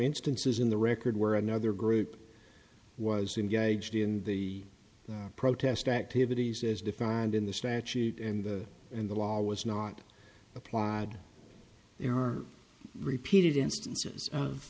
instances in the record where another group was engaged in the protest activities as defined in the statute and in the law was not applied there are repeated instances of